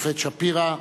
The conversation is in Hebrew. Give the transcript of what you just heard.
השופט שפירא,